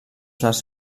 les